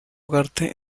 ugarte